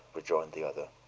rejoined the other.